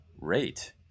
rate